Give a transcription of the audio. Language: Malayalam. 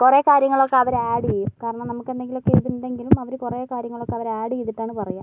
കുറെ കാര്യങ്ങളൊക്കെ അവര് ആഡ് ചെയ്യും കാരണം നമുക്ക് എന്തെങ്കിലൊക്കെ ഇതുണ്ടെങ്കിലും അവര് കുറെ കാര്യങ്ങളൊക്കെ അവര് ആഡെയ്തിട്ടാണ് പറയുക